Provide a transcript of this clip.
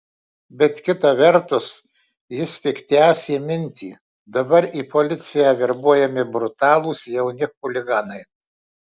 bet kita vertus jis tik tęsė mintį dabar į policiją verbuojami brutalūs jauni chuliganai